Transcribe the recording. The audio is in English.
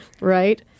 right